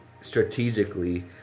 strategically